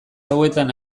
hauetan